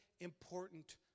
important